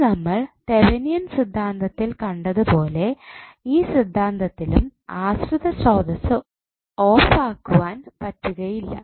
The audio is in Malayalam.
ഇനി നമ്മൾ തെവനിയൻ സിദ്ധാന്തത്തിൽ കണ്ടത് പോലെ ഈ സിദ്ധാന്തത്തിലും ആശ്രിത സ്രോതസ്സ് ഓഫ് ആക്കുവാൻ പറ്റുകയില്ല